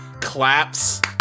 claps